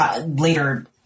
Later